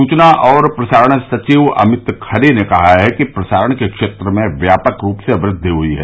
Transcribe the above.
सूचना और प्रसारण सचिव अमित खरे ने कहा है कि प्रसारण के क्षेत्र में व्यापक रूप से वृद्धि हुई है